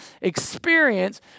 experience